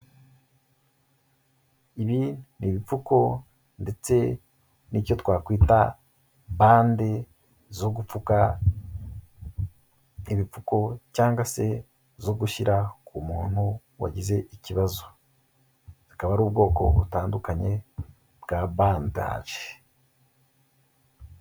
Ibi ni ibipfuko ndetse n'icyo twakwita bande zo gupfuka ibipfuko cyangwa se zo gushyira ku muntu wagize ikibazo. Akaba ari ubwoko butandukanye bwa bandage.